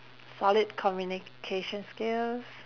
solid communication skills